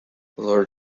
lord